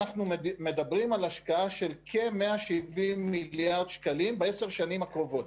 אנחנו מדברים על השקעה של כ-170 מיליארד שקלים בעשר השנים הקרובות.